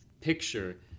picture